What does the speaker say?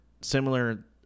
similar